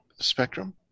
spectrum